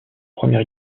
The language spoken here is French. première